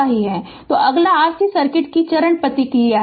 तो अगला RC circuit की चरण प्रतिक्रिया है